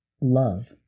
love